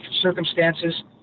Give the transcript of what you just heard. circumstances